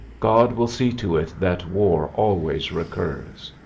god will see to it that war always recurs.